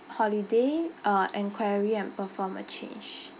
holiday uh inquiry and performance change